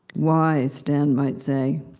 why? stan might say.